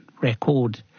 record